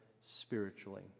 spiritually